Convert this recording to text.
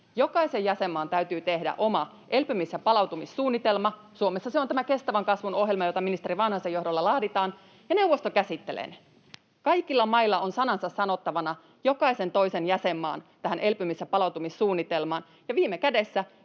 Jokaisen jäsenmaan täytyy tehdä oma elpymis- ja palautumissuunnitelma. Suomessa se on tämä kestävän kasvun ohjelma, jota ministeri Vanhasen johdolla laaditaan, ja neuvosto käsittelee ne. Kaikilla mailla on sanansa sanottavana jokaisen toisen jäsenmaan elpymis- ja palautussuunnitelmaan. Ja viime kädessä,